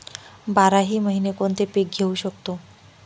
बाराही महिने कोणते पीक घेवू शकतो?